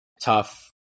Tough